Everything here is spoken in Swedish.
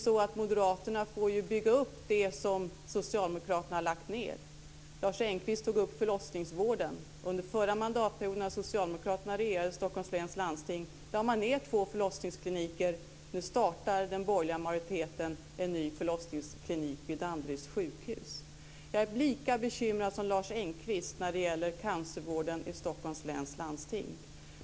Moderaterna får ju bygga upp det som socialdemokraterna har lagt ned. Lars Engqvist tog upp förlossningsvården. Under förra mandatperioden, när socialdemokraterna regerade i Stockholms läns landsting, lade man ned två förlossningskliniker. Nu startar den borgerliga majoriteten en ny förlossningsklinik vid Danderyds sjukhus. Jag är lika bekymrad som Lars Engqvist när det gäller cancervården i Stockholms läns landsting.